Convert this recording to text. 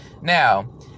Now